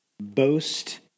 boast